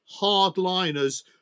hardliners